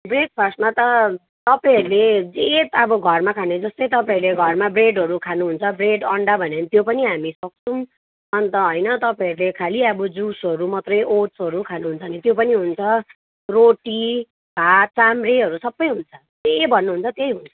veg फास्टमा त तपाईँहरूले जे अब घरमा खाने जस्तै तपाईँले घरमा ब्रेडहरू खानुहुन्छ ब्रेड अन्डा भने नि त्यो पनि हामी सक्छौँ अन्त होइन तपाईँहरूले खालि अब जुसहरू मात्रै ओट्सहरू खानुहुन्छ नि त्यो पनि हुन्छ रोटी भात चाम्रेहरू सबै हुन्छ जे भन्नुहुन्छ त्यही हुन्छ